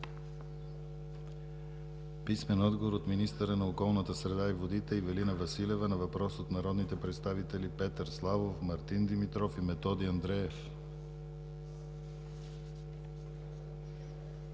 писмен отговор от министъра на околната среда и водите Ивелина Василева на въпрос от народните представители Петър Славов, Мартин Димитров и Методи Андреев;